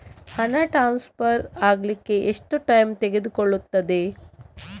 ಹಣ ಟ್ರಾನ್ಸ್ಫರ್ ಅಗ್ಲಿಕ್ಕೆ ಎಷ್ಟು ಟೈಮ್ ತೆಗೆದುಕೊಳ್ಳುತ್ತದೆ?